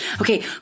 Okay